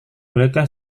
bolehkah